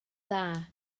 dda